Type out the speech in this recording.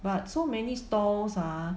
but so many stalls ah